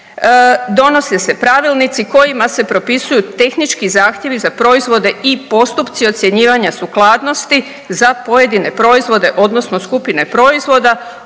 donose se Pravilnici kojima se propisuju tehnički zahtjevi za proizvode i postupci ocjenjivanja sukladnosti za pojedine proizvode odnosno skupine proizvoda